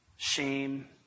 Shame